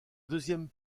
deuxième